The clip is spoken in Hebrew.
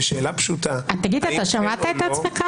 שאלה פשוטה --- שמעת את עצמך?